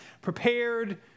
prepared